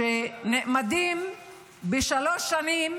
שנאמדות בשלוש שנים